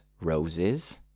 roses